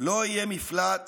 לא יהיה מפלט